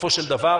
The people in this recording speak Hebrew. בסופו של דבר,